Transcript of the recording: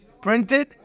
printed